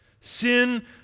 Sin